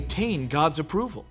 obtain god's approval